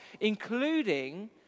including